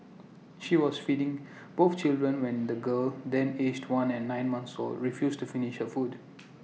she was feeding both children when the girl then aged one and nine months or refused to finish her food